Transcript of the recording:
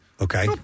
Okay